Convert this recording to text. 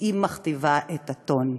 והיא מכתיבה את הטון.